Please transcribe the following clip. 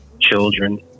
children